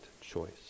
choice